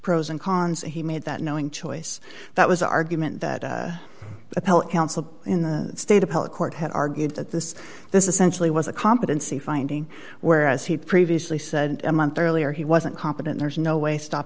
pros and cons and he made that knowing choice that was an argument that counsel in the state appellate court had argued that this this essentially was a competency finding where as he previously said a month earlier he wasn't competent there's no way stop